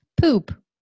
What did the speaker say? poop